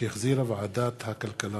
שהחזירה ועדת הכלכלה.